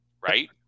right